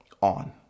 on